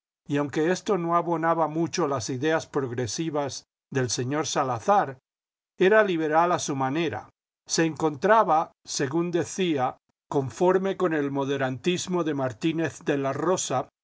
y aunque esto no abonaba mucho las ideas progresivas del señor salazar era liberal a su manera se encontraba según decía conforme con el moderantismo de martínez de la rosa